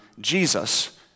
Jesus